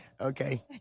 Okay